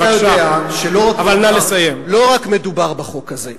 אתה יודע שלא מדובר רק בחוק הזה.